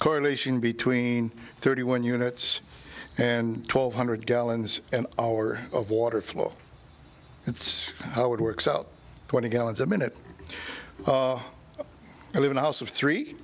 correlation between thirty one units and twelve hundred gallons an hour of water flow it's how it works out twenty gallons a minute i live in a house of three